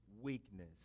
weakness